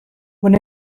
when